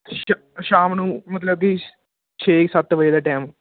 ਸ਼ਾਮ ਨੂੰ ਮਤਲਬ ਕਿ ਛੇ ਸੱਤ ਵਜੇ ਦਾ ਟਾਈਮ